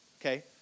okay